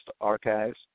Archives